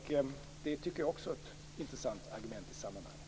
Det tycker jag också är ett intressant argument i sammanhanget.